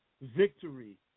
victory